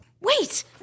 Wait